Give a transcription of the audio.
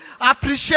appreciate